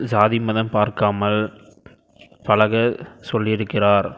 சாதி மதம் பார்க்காமல் பழக சொல்லிருக்கிறார்